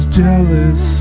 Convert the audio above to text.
jealous